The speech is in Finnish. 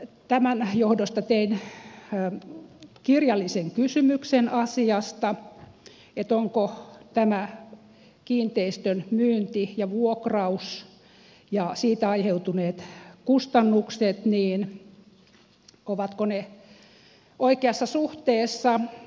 tämän johdosta tein kirjallisen kysymyksen asiasta siitä ovatko kiinteistön myynti ja vuokraus ja siitä aiheutuneet kustannukset oikeassa suhteessa